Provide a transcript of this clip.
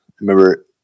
remember